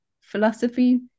philosophy